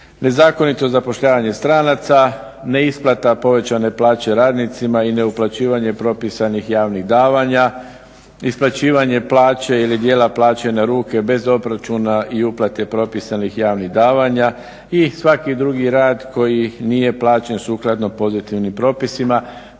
Nezakonito zapošljavanje stranaca, neisplata povećane plaće radnicima i ne uplaćivanje propisanih javnih davanja. Isplaćivanje plaće ili dijela plaće na ruke bez obračuna i uplate propisanih javnih davanja i svaki drugi rad koji nije plaćen sukladno pozitivnim propisima.